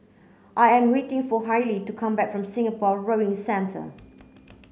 I am waiting for Hailie to come back from Singapore Rowing Centre